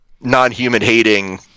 non-human-hating